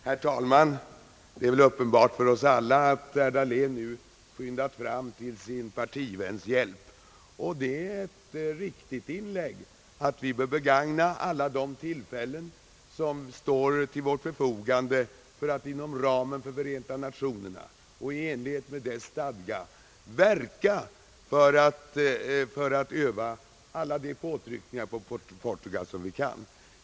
Herr talman! Det torde vara uppenbart för oss alla att herr Dahlén nu skyndat fram till sin partiväns hjälp. Det är ett riktigt påpekande, att vi bör begagna alla tillfällen som står till vårt förfogande för att inom ramen för Förenta Nationerna och i enlighet med dess stadga verka för att utöva alla de påtryckningar på Portugal som vi kan.